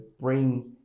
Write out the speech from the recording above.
bring